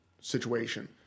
situation